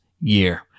year